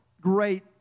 great